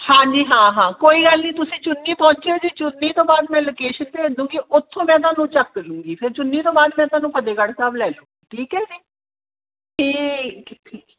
ਹਾਂਜੀ ਹਾਂ ਹਾਂ ਕੋਈ ਗੱਲ ਨਹੀਂ ਤੁਸੀਂ ਚੁੰਨੀ ਪਹੁੰਚਿਓ ਜੀ ਚੁੰਨੀ ਤੋਂ ਬਾਅਦ ਮੈਂ ਲੋਕੇਸ਼ਨ ਭੇਜਦੂਗੀ ਉਥੋਂ ਮੈਂ ਤੁਹਾਨੂੰ ਚੱਕਲੂਂਗੀ ਫਿਰ ਚੁੰਨੀ ਤੋਂ ਬਾਅਦ ਮੈਂ ਤੁਹਾਨੂੰ ਫਤਿਹਗੜ੍ਹ ਸਾਹਿਬ ਲੈ ਲੈ ਜੋ ਠੀਕ ਹੈ ਜੀ ਅਤੇ